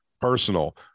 personal